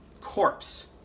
corpse